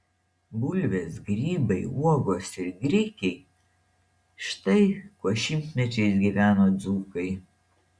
bulvės grybai uogos ir grikiai štai kuo šimtmečiais gyveno dzūkai